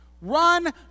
Run